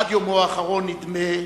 עד יומו האחרון, נדמה,